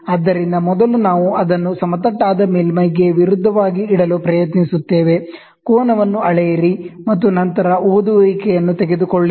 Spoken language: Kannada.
ಆದ್ದರಿಂದ ಮೊದಲು ನಾವು ಅದನ್ನು ಸಮತಟ್ಟಾದ ಮೇಲ್ಮೈಗೆ ವಿರುದ್ಧವಾಗಿ ಇಡಲು ಪ್ರಯತ್ನಿಸುತ್ತೇವೆ ಕೋನವನ್ನು ಅಳೆಯಿರಿ ಮತ್ತು ನಂತರ ಓದುವಿಕೆಯನ್ನು ತೆಗೆದುಕೊಳ್ಳಿರಿ